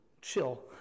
chill